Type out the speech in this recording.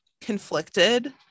conflicted